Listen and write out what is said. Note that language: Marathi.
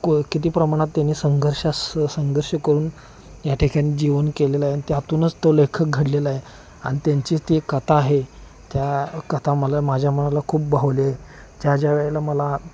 क किती प्रमाणात त्यांनी संघर्षास संघर्ष करून याठिकाणी जीवन केलेलं आहे आणि त्यातूनच तो लेखक घडलेला आहे आणि त्यांचीच ती एक कथा आहे त्या कथा मला माझ्या मनाला खूप भावले आहे ज्या ज्यावेळेला मला